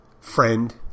friend